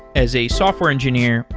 as a software engineer,